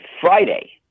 Friday